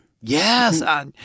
Yes